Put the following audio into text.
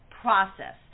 process